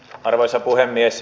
arvoisa puhemies